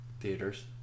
theaters